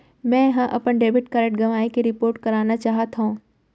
मै हा अपन डेबिट कार्ड गवाएं के रिपोर्ट करना चाहत हव